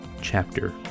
chapter